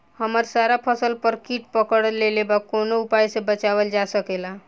हमर सारा फसल पर कीट पकड़ लेले बा कवनो उपाय से बचावल जा सकेला?